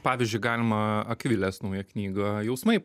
pavyzdžiui galima akvilės naują knygą jausmai